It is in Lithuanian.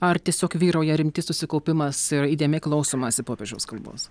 ar tiesiog vyrauja rimtis susikaupimas ir įdėmiai klausomasi popiežiaus kalbos